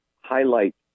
highlight